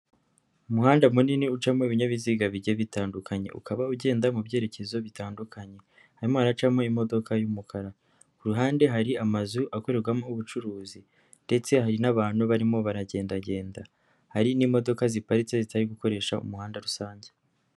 Umuhanda munini ucamo ibinyabiziga bijye bitandukanye, ukaba ugenda mu byerekezo bitandukanye, harimo haracamo imodoka y'umukara, ku ruhande hari amazu akorerwamo ubucuruzi, ndetse hari n'abantu barimo baragendagenda. Hari n'imodoka ziparitse zitari gukoresha umuhanda rusange.